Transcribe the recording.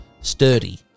sturdy